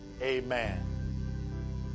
amen